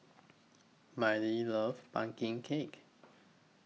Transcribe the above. Miley loves Pumpkin Cake